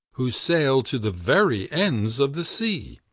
who sailed to the very ends of the sea.